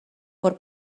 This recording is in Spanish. por